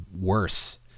worse